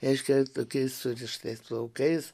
reiškia kai surištais plaukais